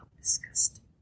disgusting